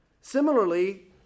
Similarly